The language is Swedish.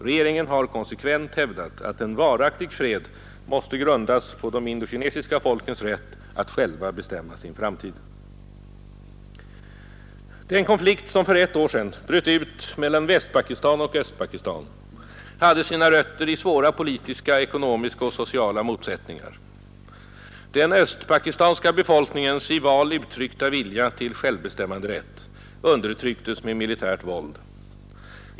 Regeringen har konsekvent hävdat att en varaktig fred måste grundas på de indokinesiska folkens rätt att själva bestämma sin framtid. Den konflikt som för ett år sedan utbröt mellan Västpakistan och Östpakistan hade sina rötter i svåra politiska, ekonomiska och sociala motsättningar. Den östpakistanska befolkningens i val uttryckta vilja till självbestämmanderätt undertrycktes med militärt våld.